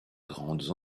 grandes